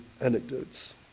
anecdotes